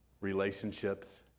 relationships